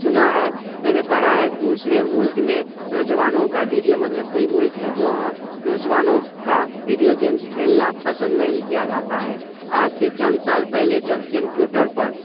سنا ہے میں نے پڑھا ہے دوسرے ملک میں نوجوانوں کا ویڈیو مطلب کوئی ملک ہے جو وہاں نوجوانوں کا ویڈیو گیمس کھیلنا پسند نہیں کیا جاتا ہے آج سے چند سال پہلے جب کمپیوٹر پر